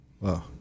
Wow